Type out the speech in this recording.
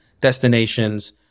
destinations